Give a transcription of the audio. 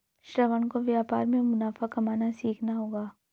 श्रवण को व्यापार में मुनाफा कमाना सीखना होगा